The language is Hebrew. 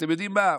ואתם יודעים מה?